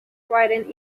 written